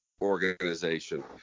organization